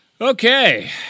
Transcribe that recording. Okay